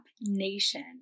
nation